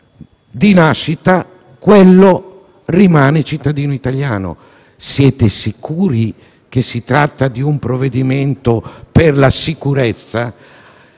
di terrorismo, rimane cittadino italiano. Siete sicuri che si tratti di un provvedimento per la sicurezza?